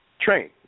Train